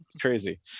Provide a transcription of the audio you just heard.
Crazy